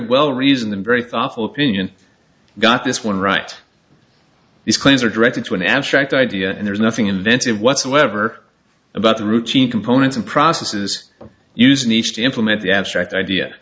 well reasoned and very thoughtful opinion got this one right these claims are directed to an abstract idea and there's nothing invested whatsoever about the routine components and processes used in each to implement the abstract idea